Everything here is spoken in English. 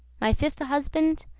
my fifthe husband,